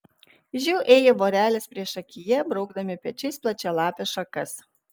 žiu ėjo vorelės priešakyje braukdami pečiais plačialapes šakas